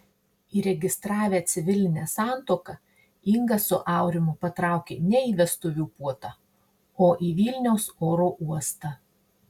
įregistravę civilinę santuoką inga su aurimu patraukė ne į vestuvių puotą o į vilniaus oro uostą